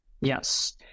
Yes